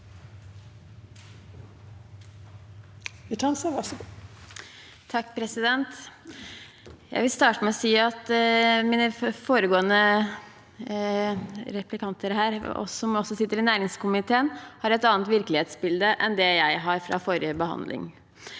(A) Jeg vil starte med å si at de to foregående talerne, som også sitter i næringskomiteen, har et annet virkelighetsbilde enn det jeg har fra forrige behandling.